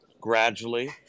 gradually